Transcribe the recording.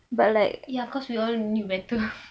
ya cause we all knew better